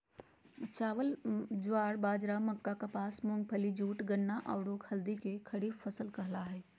चावल, ज्वार, बाजरा, मक्का, कपास, मूंगफली, जूट, गन्ना, औरो हल्दी के खरीफ फसल कहला हइ